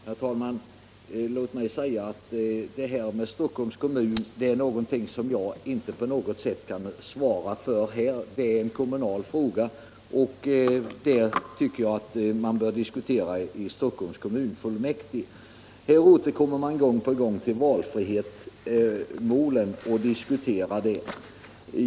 Herr talman! Låt mig säga att vad som händer i Stockholms kommun är någonting som jag inte på något sätt kan svara för här. Det är kommunala frågor och sådana tycker jag att man bör diskutera i Stockholms kommunfullmäktige. Här återkommer man gång på gång till valfrihetsmålet.